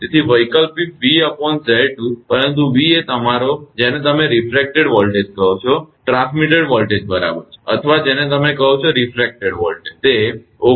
તેથી વૈકલ્પિક 𝑣𝑍2 પરંતુ v એ તમારો છે કે જેને તમે રીફ્રેકટેડ વોલ્ટેજ કહો છો ટ્રાન્સમિટેડ વોલ્ટેજ બરાબર છે અથવા જેને તમે કહો છો તે રિફ્રેકટેડ વોલ્ટેજ છે જેને તમે 19